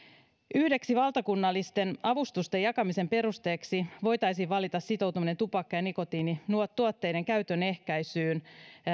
yhdeksi valtakunnallisten avustusten jakamisen perusteeksi voitaisiin valita sitoutuminen tupakka ja nikotiinituotteiden käytön ehkäisyyn